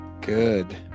good